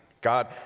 God